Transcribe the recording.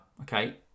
okay